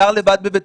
גר לבד בביתו,